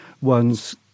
one's